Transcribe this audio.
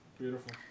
Beautiful